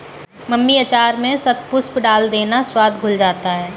mummy अचार में शतपुष्प डाल देना, स्वाद खुल जाता है